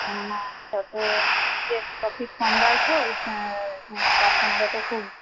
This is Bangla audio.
কেন না যত প্রফিট কম রাখব কাস্টমারও তো খুব